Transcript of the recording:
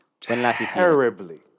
terribly